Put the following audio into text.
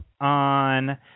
on